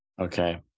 Okay